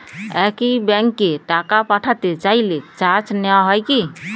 একই ব্যাংকে টাকা পাঠাতে চাইলে চার্জ নেওয়া হয় কি?